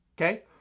okay